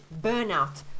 burnout